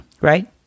Right